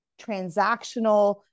transactional